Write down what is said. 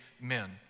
men